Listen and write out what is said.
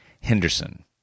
Henderson